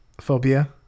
phobia